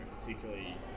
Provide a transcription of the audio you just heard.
particularly